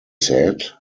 said